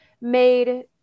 made –